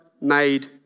made